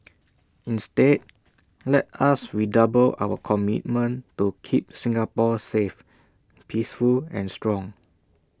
instead let us redouble our commitment to keep Singapore safe peaceful and strong